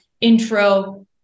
intro